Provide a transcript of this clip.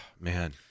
Man